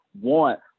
want